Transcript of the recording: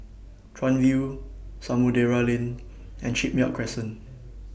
Chuan View Samudera Lane and Shipyard Crescent